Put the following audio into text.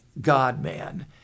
God-man